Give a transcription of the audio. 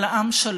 אלא עם שלם.